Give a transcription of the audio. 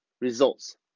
results